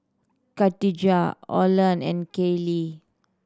Kadijah Orland and Kaylee